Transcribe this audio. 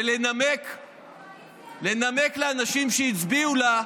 ועוברת להמשך דיון בוועדת הפנים והגנת הסביבה.